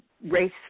race